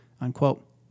unquote